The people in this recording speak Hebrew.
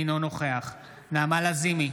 אינו נוכח נעמה לזימי,